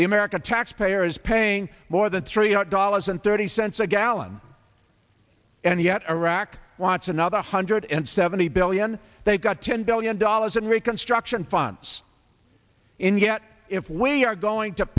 the american taxpayer is paying more than three hundred dollars and thirty cents a gallon and yet iraq wants another hundred and seventy billion they've got ten billion dollars in reconstruction funds in yet if we are going to